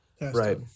Right